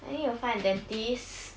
I need to find a dentist